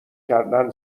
کردن